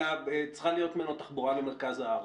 אלא צריכה להיות ממנו תחבורה למרכז הארץ.